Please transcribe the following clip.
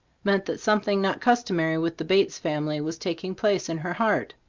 meant that something not customary with the bates family was taking place in her heart.